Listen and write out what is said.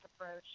approach